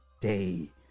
day